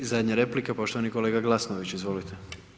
I zadnja replika, poštovani kolega Glasnović, izvolite.